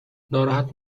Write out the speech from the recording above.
ناراحت